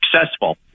successful